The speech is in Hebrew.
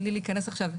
בלי להיכנס עכשיו,